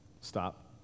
Stop